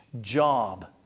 job